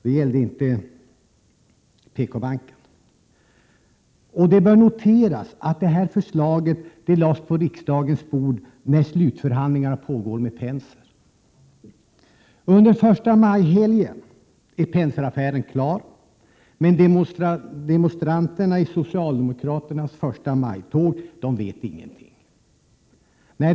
Det gällde inte PKbanken. Det bör noteras att detta förslag lades på riksdagens bord när slutförhandlingarna med Penser pågick. Under förstamajhelgen är Penser-affären klar. Men demonstranterna i socialdemokraternas förstamajtåg vet ingenting.